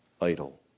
idle